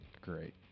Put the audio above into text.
Great